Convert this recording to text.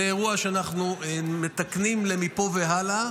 זה אירוע שאנחנו מתקנים מפה והלאה.